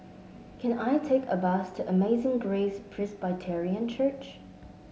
can I take a bus to Amazing Grace Presbyterian Church